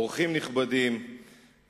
אורחים נכבדים,